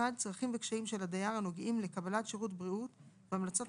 (1)צרכים וקשיים של הדייר הנוגעים לקבלת שירות בריאות והמלצות